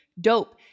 dope